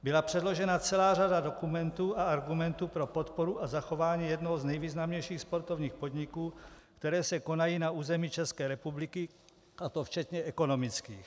Byla předložena celá řada dokumentů a argumentů pro podporu a zachování jednoho z nejvýznamnějších sportovních podniků, které se konají na území České republiky, a to včetně ekonomických.